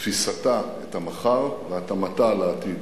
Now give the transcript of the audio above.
תפיסתה את המחר והתאמתה לעתיד,